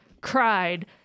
cried